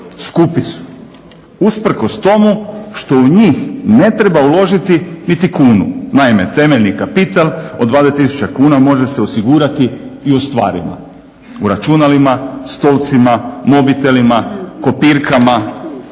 Skupi su, usprkos tomu što u njih ne treba uložiti niti kunu. Naime, temeljni kapital od …/Ne razumije se./… tisuća kuna može se osigurati i u stvarima, u računalima, stolcima, mobitelima, kopirkama